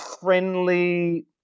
friendly